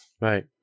Right